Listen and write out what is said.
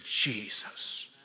Jesus